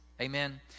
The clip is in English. Amen